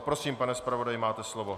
Prosím, pane zpravodaji, máte slovo.